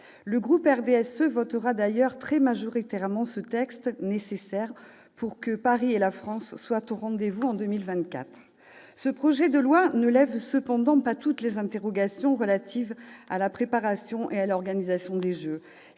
Le groupe du RDSE votera d'ailleurs très majoritairement ce texte, qui est nécessaire pour que Paris et la France soient au rendez-vous en 2024. Ce projet de loi ne lève cependant pas toutes les interrogations relatives à la préparation et à l'organisation des Jeux.